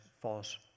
false